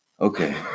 Okay